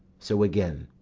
so again,